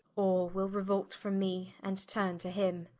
all will reuolt from me, and turne to him